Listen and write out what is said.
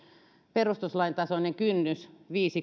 perustuslain tasoinen kynnys viisi